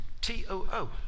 T-O-O